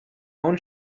own